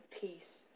peace